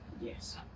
Yes